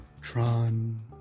Tron